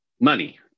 money